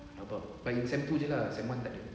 about bagi sec two jer lah sec one tak ada